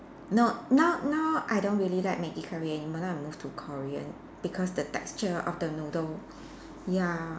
no now now I don't really like Maggi curry anymore now I move to Korean because the texture of the noodle ya